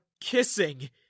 kissing